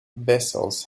vessels